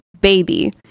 baby